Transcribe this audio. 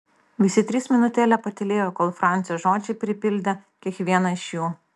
visi trys minutėlę patylėjo kol francio žodžiai pripildė kiekvieną iš jų